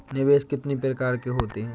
निवेश कितनी प्रकार के होते हैं?